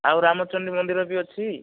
ଆଉ ରାମଚଣ୍ଡୀ ମନ୍ଦିର ବି ଅଛି